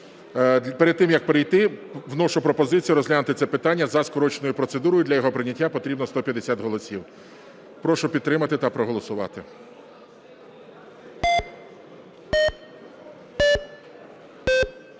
Перед тим, як перейти, вношу пропозицію розглянути це питання за скороченою процедурою. Для її прийняття потрібно 150 голосів. Прошу підтримати та проголосувати.